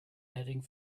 heading